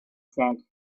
said